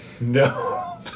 No